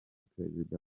perezida